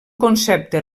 concepte